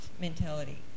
mentality